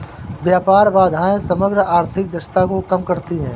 व्यापार बाधाएं समग्र आर्थिक दक्षता को कम करती हैं